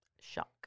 Shock